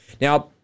Now